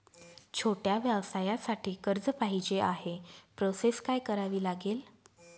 छोट्या व्यवसायासाठी कर्ज पाहिजे आहे प्रोसेस काय करावी लागेल?